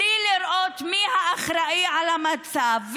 בלי לראות מי האחראי למצב,